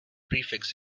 prefix